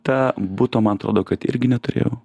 tą buto man atrodo kad irgi neturėjau